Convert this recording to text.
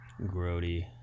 Grody